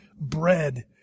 bread